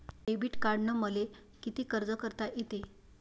Debit कार्डानं मले किती खर्च करता येते?